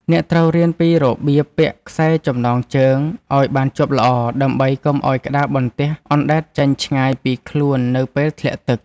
អ្នកត្រូវរៀនពីរបៀបពាក់ខ្សែចំណងជើង ឱ្យបានជាប់ល្អ ដើម្បីកុំឱ្យក្តារបន្ទះអណ្ដែតចេញឆ្ងាយពីខ្លួននៅពេលធ្លាក់ទឹក។